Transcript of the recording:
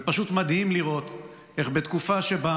זה פשוט מדהים לראות איך בתקופה שבה